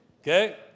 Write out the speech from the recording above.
Okay